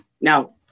Now